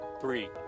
three